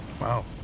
Wow